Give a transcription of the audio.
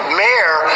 mayor